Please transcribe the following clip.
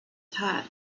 heart